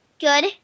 Good